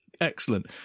excellent